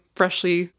freshly